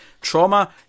trauma